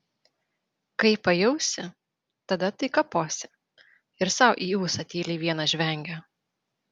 kai pajausi tada tai kaposi ir sau į ūsą tyliai vienas žvengia